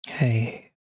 Hey